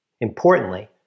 Importantly